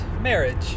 marriage